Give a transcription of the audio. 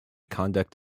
conduct